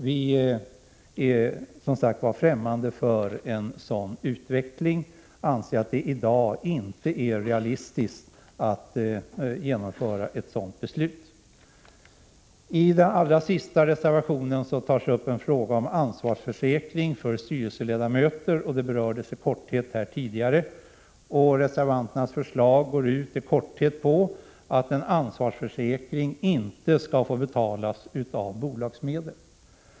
Vi är ffrämmande för en sådan utveckling och anser att det inte i dag är realistiskt att fatta ett dylikt beslut. I den allra sista reservationen tas upp en fråga om ansvarsförsäkring för styrelseledamöter. Den berördes i korthet tidigare. Reservanternas förslag går ut på att en ansvarsförsäkring inte längre skall få betalas av bolagsmedel.